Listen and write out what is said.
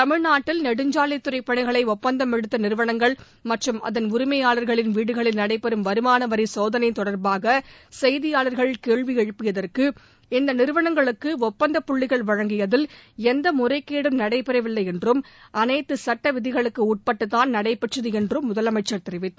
தமிழ்நாட்டில் நெடுஞ்சாலைத்துறை பணிகளை ஒப்பந்தம் எடுத்த நிறுவனங்கள் மற்றும் அதன் உரிமையாளர்களின் வீடுகளில் நடைபெறும் வருமானவரி சோதனை தொடர்பாக செய்தியாளர்கள் கேள்வி எழுப்பியதற்கு இந்த நிறுவனங்களுக்கு நடைபெறவில்லை என்றும் அனைத்து சுட்ட விதிகளுக்கு உட்பட்டுதாள் நடைபெற்றது என்றும் முதலமைச்சர் தெரிவித்தார்